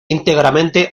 íntegramente